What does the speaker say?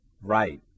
Right